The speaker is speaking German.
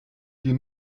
die